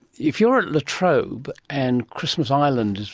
if you are at la trobe, and christmas island is,